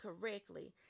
correctly